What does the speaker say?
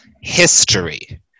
History